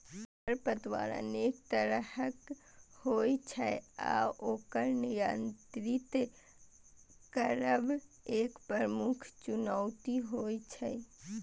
खरपतवार अनेक तरहक होइ छै आ ओकर नियंत्रित करब एक प्रमुख चुनौती होइ छै